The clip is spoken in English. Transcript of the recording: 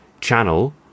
channel